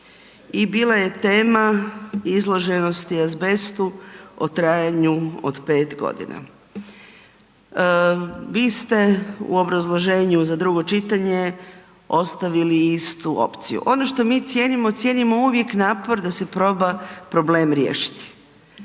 i bila je tema izloženosti azbestu o trajanju od 5 godina. Vi ste u obrazloženju za drugo čitanje ostavili istu opciju. Ono što mi cijenimo, cijenimo uvijek napor da se proba problem riješiti.